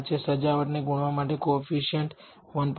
5 છે સજાવટને ગુણવા માટે કોએફીસીએંટ 1